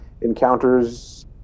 encounters